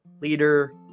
leader